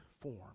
form